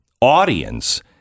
audience